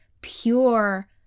pure